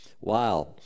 Wow